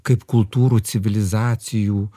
kaip kultūrų civilizacijų